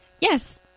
yes